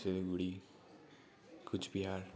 Siliguri Cooch Behar